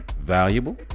Valuable